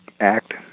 act